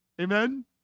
Amen